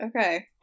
Okay